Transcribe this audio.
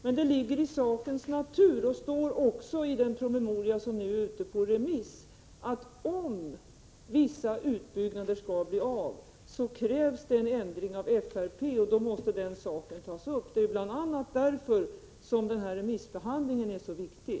Men det ligger i sakens natur — och det står också i den promemoria som nu är ute på remiss — att det krävs en ändring av FRP om vissa utbyggnader skall bli av. Den frågan måste således tas upp. Det är bl.a. därför som den pågående remissbehandlingen är så viktig.